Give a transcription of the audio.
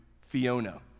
Fiona